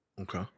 Okay